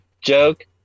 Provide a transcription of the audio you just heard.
joke